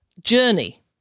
journey